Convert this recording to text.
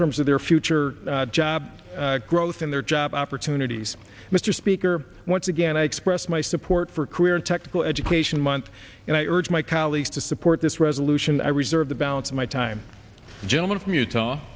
terms of their future job growth and their job opportunities mr speaker once again i express my support for career and technical education month and i urge my colleagues to support this resolution i reserve the balance of my time gentleman from utah